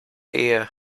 ehe